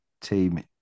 team